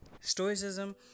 Stoicism